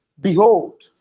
behold